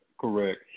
correct